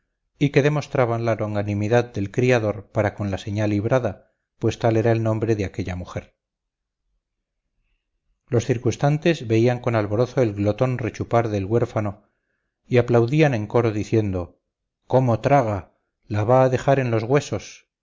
y que demostraban la longanimidad del criador para con la señá librada pues tal era el nombre de aquella mujer los circunstantes veían con alborozo el glotón rechupar del huérfano y aplaudían en coro diciendo cómo traga la va a dejar en los huesos